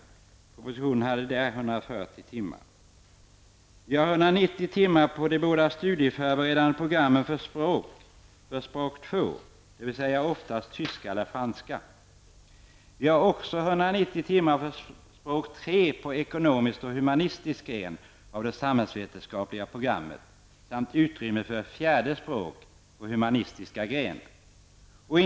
I propositionen föreslogs 140 Vi har 190 timmar i de både studieförberedande programmen för språk två, dvs. oftast tyska eller franska. Vi har också 190 timmar för språk tre på ekonomisk och humanistisk gren inom det samhällsvetenskapliga programmet samt utrymme för ett fjärde språk på den humanistiska grenen.